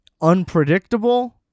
unpredictable